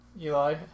Eli